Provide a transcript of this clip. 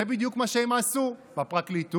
זה בדיוק מה שהם עשו, בפרקליטות,